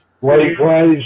Likewise